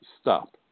Stop